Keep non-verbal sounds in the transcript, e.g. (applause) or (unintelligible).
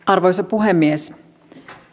(unintelligible) arvoisa puhemies